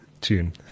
tune